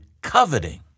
coveting